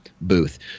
booth